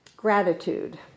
Gratitude